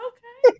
Okay